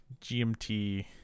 GMT